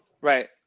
right